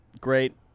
great